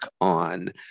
on